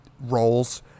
roles